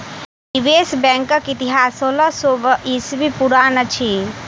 निवेश बैंकक इतिहास सोलह सौ ईस्वी पुरान अछि